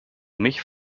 mich